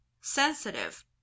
Sensitive